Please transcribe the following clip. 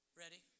ready